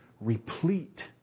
replete